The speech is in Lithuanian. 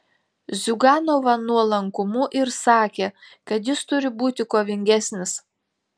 ziuganovą nuolankumu ir sakė kad jis turi būti kovingesnis